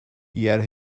yet